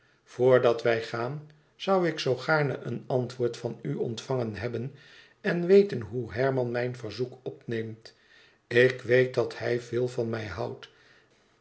dat wij gaan zoû ik zoo gaarne een antwoord van u ontvangen hebben en weten hoe herman mijn verzoek opneemt ik weet dat hij veel van mij houdt